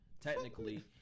technically